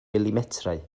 milimetrau